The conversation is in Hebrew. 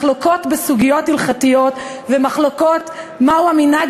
מחלוקות בסוגיות הלכתיות ומחלוקות מהו המנהג